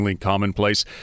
commonplace